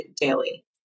daily